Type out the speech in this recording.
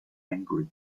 angry